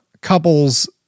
couple's